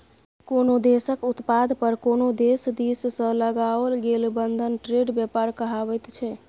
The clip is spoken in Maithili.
कोनो देशक उत्पाद पर कोनो देश दिससँ लगाओल गेल बंधन ट्रेड व्यापार कहाबैत छै